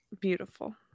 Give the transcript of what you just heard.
beautiful